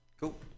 Cool